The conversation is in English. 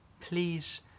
Please